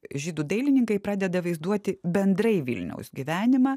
žydų dailininkai pradeda vaizduoti bendrai vilniaus gyvenimą